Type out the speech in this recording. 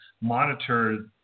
monitor